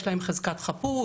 יש להם חזקת חפות.